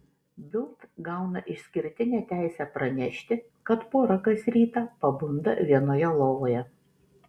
bild gauna išskirtinę teisę pranešti kad pora kas rytą pabunda vienoje lovoje